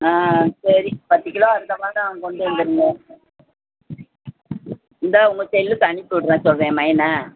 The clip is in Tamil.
சரி பத்து கிலோ அடுத்த வாரம் கொண்டு வந்துடுங்க இந்தா உங்கள் செல்லுக்கு அனுப்பிவிட்ற சொல்கிறேன் என் மகன